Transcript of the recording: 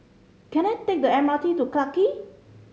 can I take the M R T to Clarke Quay